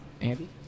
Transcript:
Andy